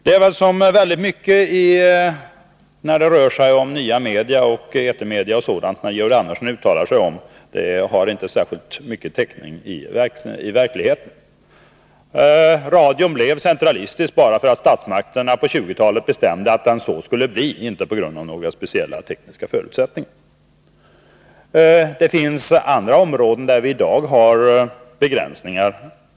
Georg Andersson säger så väldigt mycket om nya etermedia o. d., men det har inte särskilt mycket täckning i verkligheten. Radion blev centralistisk bara därför att statsmakterna på 20-talet bestämde att den så skulle bli, inte av några speciella tekniska orsaker. Det finns andra områden där vi i dag har begränsningar.